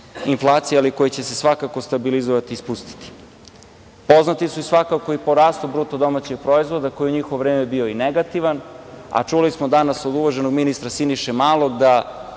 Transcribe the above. inflacija, ali koji će se svakako stabilizovati i spustiti. Poznati su svakako i po rastu bruto domaćeg proizvoda, koji je u njihovo vreme bio negativan. Čuli smo danas od uvaženog ministra Siniše Malog da